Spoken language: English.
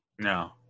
No